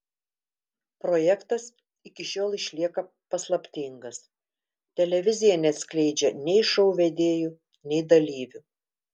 projektas iki šiol išlieka paslaptingas televizija neatskleidžia nei šou vedėjų nei dalyvių